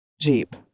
Jeep